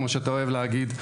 כמו שאתה אוהב להגיד,